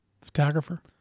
Photographer